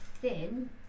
thin